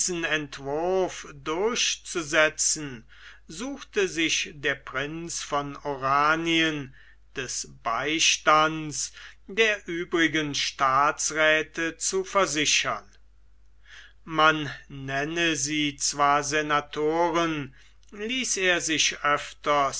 durchzusetzen suchte sich der prinz von oranien des beistands der übrigen staatsräthe zu versichern man nenne sie zwar senatoren ließ er sich öfters